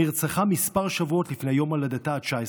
נרצחה שבועות מספר לפני יום הולדתה ה-19.